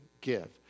give